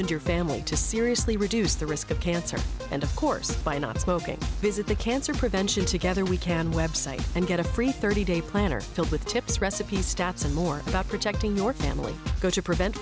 and your family to seriously reduce the risk of cancer and of course by not smoking visit the cancer prevention together we can website and get a free thirty day planner filled with tips recipes stats and more about protecting your family go to prevent